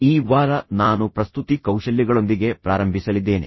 ಈ ವಾರ ನಾನು ಪ್ರಸ್ತುತಿ ಕೌಶಲ್ಯಗಳೊಂದಿಗೆ ಪ್ರಾರಂಭಿಸಲಿದ್ದೇನೆ